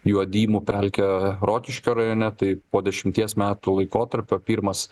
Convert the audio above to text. juodymų pelkė rokiškio rajone tai po dešimties metų laikotarpio pirmas